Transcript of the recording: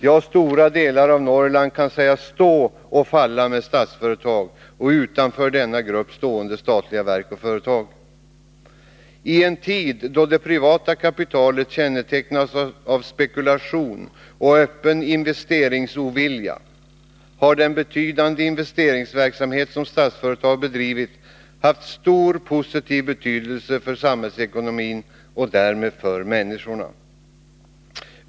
Ja, stora delar av Norrland kan sägas stå och falla med Statsföretag och utanför denna grupp stående statliga verk och företag. I en tid då det privata kapitalet kännetecknas av spekulation och öppen investeringsovilja har den betydande investeringsverksamhet som Statsföretag bedrivit haft stor betydelse för samhällsekonomin och därmed för människorna.